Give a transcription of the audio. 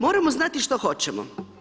Moramo znati što hoćemo.